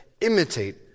imitate